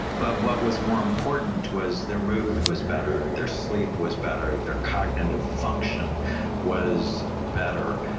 but what was more important was their mood was better their sleep was better. their cognitive function was better.